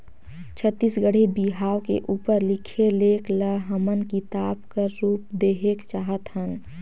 छत्तीसगढ़ी बिहाव के उपर लिखे लेख ल हमन किताब कर रूप देहेक चाहत हन